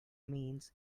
means